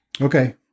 Okay